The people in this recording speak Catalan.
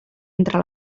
entre